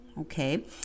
Okay